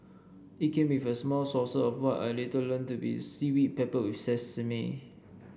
it came with a small saucer of what I later learnt to be seaweed peppered with sesame